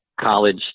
college